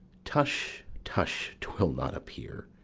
tush, tush, twill not appear.